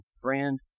friend